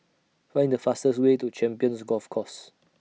Find The fastest Way to Champions Golf Course